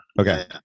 Okay